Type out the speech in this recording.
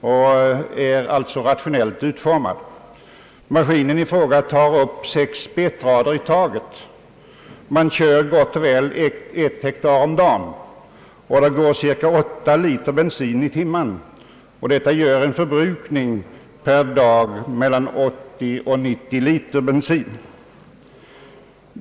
Den är lika rationellt utformad. Betskördemaskinen i fråga tar upp sex betrader i taget, och man hinner gott och väl en hektar om dagen. Den drar cirka 8 liter bensin i timmen, vilket gör en förbrukning per dag på mellan 80 och 90 liter bensin.